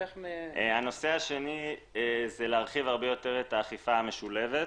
הנושא השני הוא להרחיב הרבה יותר את האכיפה המשולבת.